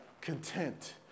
content